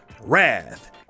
wrath